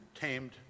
tamed